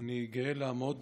אני גאה לעמוד